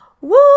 Woo